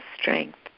strength